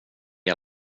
att